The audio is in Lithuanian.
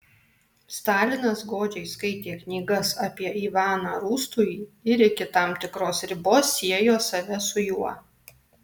stalinas godžiai skaitė knygas apie ivaną rūstųjį ir iki tam tikros ribos siejo save su juo